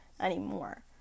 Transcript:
anymore